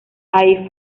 ahí